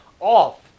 Off